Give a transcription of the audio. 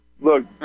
Look